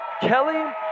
Kelly